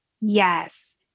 Yes